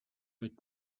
but